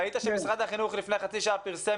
ראית שמשרד החינוך לפני חצי שעה פרסם